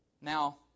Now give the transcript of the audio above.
Now